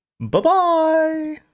Bye-bye